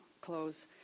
close